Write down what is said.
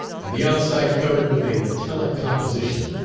and the outside covered with a metallic composition,